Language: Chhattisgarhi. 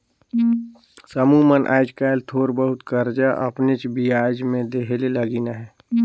समुह मन आएज काएल थोर बहुत करजा अपनेच बियाज में देहे ले लगिन अहें